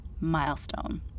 milestone